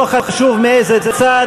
לא חשוב מאיזה צד,